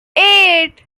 eight